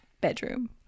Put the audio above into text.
bedroom